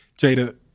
Jada